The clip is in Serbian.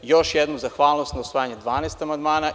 Još jednom, zahvalnost na usvajanju 12 amandmana.